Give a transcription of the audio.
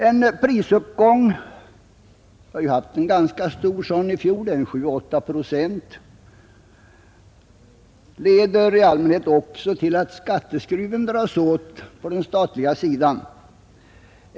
En prisuppgång — vi har ju haft en ganska stor sådan i fjol, 7—8 procent — leder i allmänhet också till att skatteskruven dras åt på den statliga sidan.